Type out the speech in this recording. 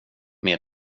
med